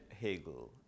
Hegel